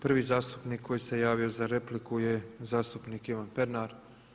Prvi zastupnik koji se javio za repliku je zastupnik Ivan Pernar.